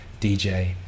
DJ